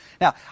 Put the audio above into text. now